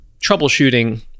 troubleshooting